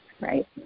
Right